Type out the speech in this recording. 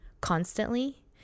constantly